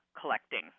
collecting